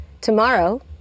Tomorrow